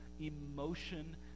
emotion